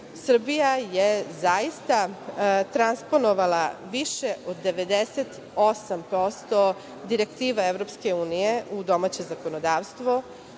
Srbija je zaista transponovala više od 98% direktiva EU u domaće zakonodavstvo,